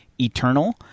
eternal